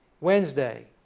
Wednesday